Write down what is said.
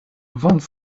vingt